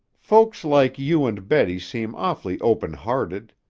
folks like you and betty seem awfully open-hearted.